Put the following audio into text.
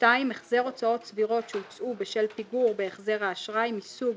(2) החזר הוצאות סבירות שהוצאו בשל פיגור בהחזר האשראי מסוג,